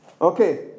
Okay